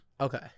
Okay